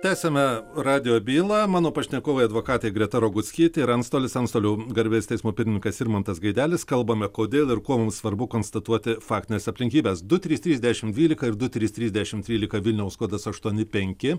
tęsiame radijo bylą mano pašnekovai advokatė greta roguckytė ir antstolis antstolių garbės teismo pirmininkas irmantas gaidelis kalbame kodėl ir kuo mums svarbu konstatuoti faktines aplinkybes su trys trys dešim dvylika ir du trys trys dešim trylika vilniaus kodas aštuoni penki